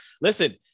listen